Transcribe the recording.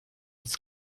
its